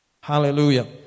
Hallelujah